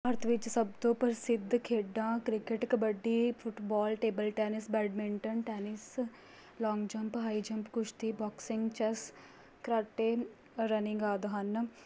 ਭਾਰਤ ਵਿੱਚ ਸਭ ਤੋਂ ਪ੍ਰਸਿੱਧ ਖੇਡਾਂ cricket kabaddi football table tennis badminton tennis long jump high jump ਕੁਸ਼ਤੀ ਬਾਕਸਿੰਗ ਚੇਸ ਕਰਾਟੇ ਰਨਿੰਗ ਆਦਿ ਹਨ